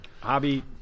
Hobby